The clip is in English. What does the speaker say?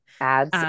ads